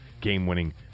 game-winning